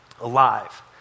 alive